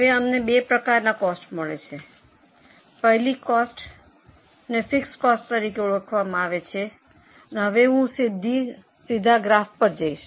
હવે અમને બે પ્રકારનો કોસ્ટ મળે છે પહેલી કોસ્ટ ને ફિક્સ કોસ્ટ તરીકે ઓળખવામાં આવે છે અને હવે હું સીધા ગ્રાફ પર જઈશ